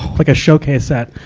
like, a showcase set.